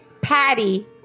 Patty